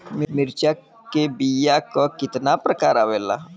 मिर्चा के बीया क कितना प्रकार आवेला?